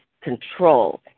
control